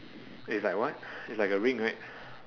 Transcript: wait is like what it's like a ring right